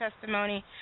testimony